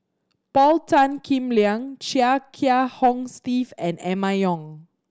Paul Tan Kim Liang Chia Kiah Hong Steve and Emma Yong